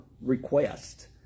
request